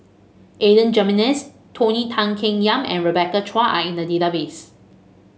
Adan Jimenez Tony Tan Keng Yam and Rebecca Chua are in the database